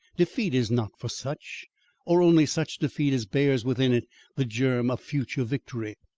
defeat is not for such or only such defeat as bears within it the germ of future victory.